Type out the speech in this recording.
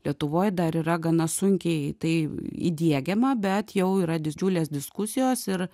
lietuvoj dar yra gana sunkiai tai įdiegiama bet jau yra didžiulės diskusijos ir